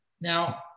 Now